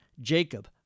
Jacob